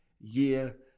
year